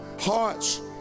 hearts